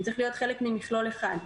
הוא צריך להיות חלק ממכלול אחד.